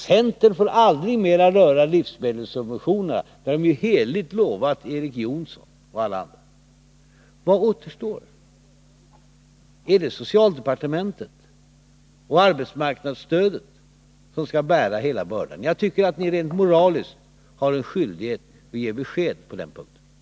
Centern får aldrig mer röra livsmedelssubventionerna. Det har man heligt lovat Erik Jonsson och alla andra. Vad återstår? Är det socialdepartementet och arbetsmarknadsstödet som skall bära hela bördan? Jag tycker att ni rent moraliskt har skyldighet att ge besked på denna punkt.